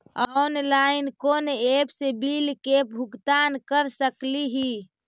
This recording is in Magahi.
ऑनलाइन कोन एप से बिल के भुगतान कर सकली ही?